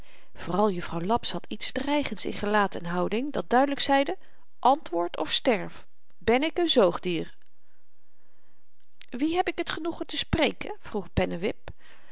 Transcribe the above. vooral juffrouw laps had iets dreigends in gelaat en houding dat duidelyk zeide antwoord of sterf ben ik n zoogdier wie heb ik het genoegen te spreken vroeg pennewip